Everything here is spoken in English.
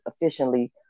efficiently